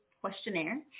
questionnaire